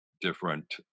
different